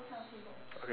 ya we are done